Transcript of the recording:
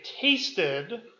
tasted